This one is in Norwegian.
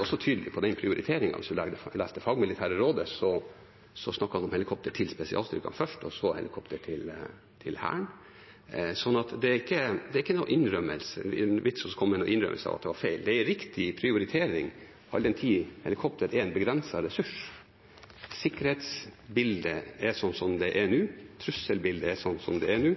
også tydelig på den prioriteringen. Hvis man leser det fagmilitære rådet, snakket han om helikoptre til spesialstyrkene først og så helikoptre til Hæren. Så det er ikke noen vits i å komme med noen innrømmelser av at det var feil. Det er en riktig prioritering all den tid helikoptre er en begrenset ressurs. Når sikkerhetsbildet er sånn som det er nå, og trusselbildet er sånn som det er nå,